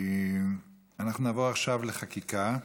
אנחנו נעבור עכשיו לחקיקה.